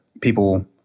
people